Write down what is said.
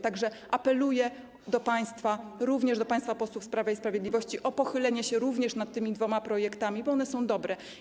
Tak że apeluję do państwa, również do państwa posłów z Prawa i Sprawiedliwości, o pochylenie się również nad tymi dwoma projektami, bo one są dobre.